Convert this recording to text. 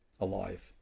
alive